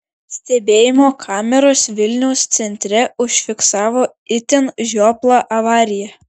stebėjimo kameros vilniaus centre užfiksavo itin žioplą avariją